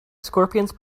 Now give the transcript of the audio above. scorpions